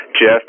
Jeff